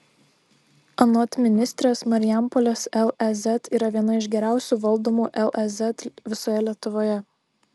anot ministrės marijampolės lez yra viena iš geriausiai valdomų lez visoje lietuvoje